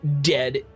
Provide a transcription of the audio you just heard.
dead